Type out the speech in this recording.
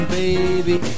baby